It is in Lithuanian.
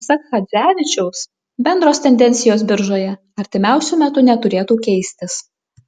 pasak chadzevičiaus bendros tendencijos biržoje artimiausiu metu neturėtų keistis